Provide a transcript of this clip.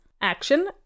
Action